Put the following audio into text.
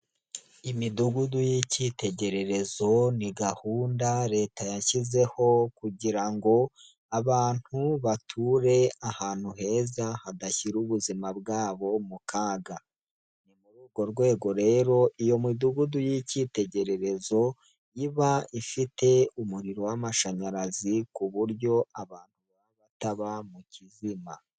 Imidugudu y'ikitegererezo ni gahunda Leta yashyizeho kugira ngo abantu bature ahantu heza hadashyira ubuzima bwabo mu kaga, ni muri urwo rwego rero iyo midugudu y'ikitegererezo iba ifite umuriro w'amashanyarazi ku buryo abantu bataba mu kizima.